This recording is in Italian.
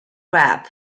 rap